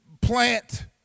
plant